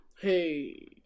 Hey